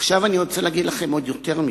עכשיו אני רוצה להגיד לכם עוד יותר מזה.